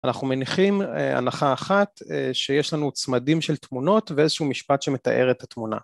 אנחנו מניחים הנחה אחת שיש לנו צמדים של תמונות ואיזשהו משפט שמתאר את התמונה